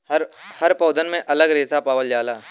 हर पौधन में अलग अलग रेसा पावल जाला